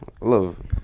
love